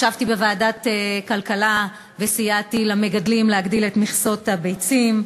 ישבתי בוועדת הכלכלה וסייעתי למגדלים להגדיל את מכסות הביצים,